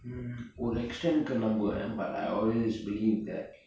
mm ஒறு:oru extent நம்புவேன்:nambuven but I always believe that